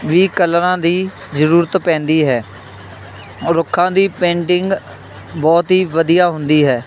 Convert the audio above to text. ਵੀ ਕਲਰਾਂ ਦੀ ਜ਼ਰੂਰਤ ਪੈਂਦੀ ਹੈ ਰੁੱਖਾਂ ਦੀ ਪੇਂਟਿੰਗ ਬਹੁਤ ਹੀ ਵਧੀਆ ਹੁੰਦੀ ਹੈ